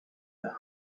the